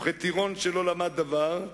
וכטירון שלא למד דבר,